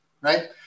right